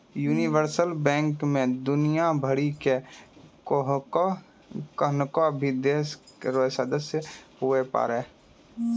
universal bank मे दुनियाँ भरि के कोन्हो भी देश रो सदस्य हुवै पारै